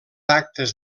actes